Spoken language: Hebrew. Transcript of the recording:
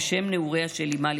כשם נעוריה של אימה,